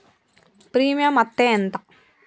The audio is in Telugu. ప్రీమియం అత్తే ఎంత?